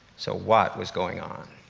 so what was going on?